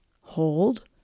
Hold